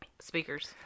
speakers